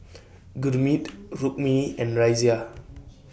Gurmeet Rukmini and Razia